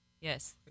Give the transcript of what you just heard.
Yes